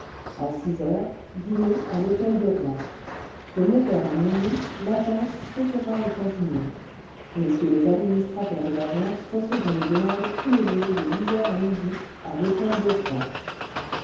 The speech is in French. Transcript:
a h dîner à l'hôtel de rouen de h à minuit l'agence sautera au casino messieurs les administrateurs de l'agence recevront les demandes tous les jours de h à midi à l'hôtel de rouen